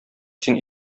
син